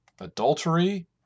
Adultery